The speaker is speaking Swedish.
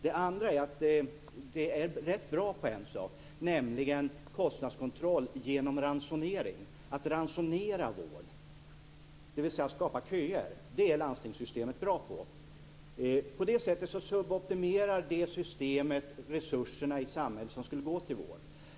Det andra är det som landstingssystemet är rätt bra på, nämligen kostnadskontroll genom ransonering, dvs. att skapa köer. Det är landstingssystemet bra på. På det sättet suboptimerar det systemet resurserna i samhället som skulle gå till vård.